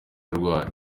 arwaye